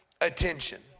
attention